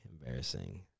Embarrassing